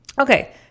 Okay